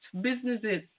businesses